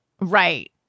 Right